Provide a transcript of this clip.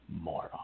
moron